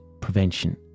prevention